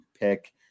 pick